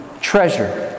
treasure